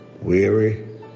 weary